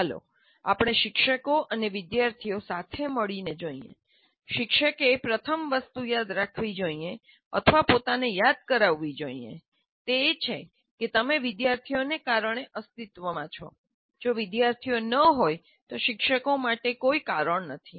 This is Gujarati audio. ચાલો આપણે શિક્ષકો અને વિદ્યાર્થીઓ સાથે મળીને જોઈએ શિક્ષકે પ્રથમ વસ્તુ યાદ રાખવી જોઈએ અથવા પોતાને યાદ કરાવવી જોઈએ તે છે કે તમે વિદ્યાર્થીઓના કારણે અસ્તિત્વમાં છો જો વિદ્યાર્થીઓ ન હોય તો શિક્ષકો માટે કોઈ કારણ નથી